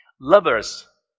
lovers